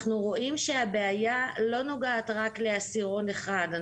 אנחנו רואים שהבעיה לא נוגעת רק לעשירון אחד.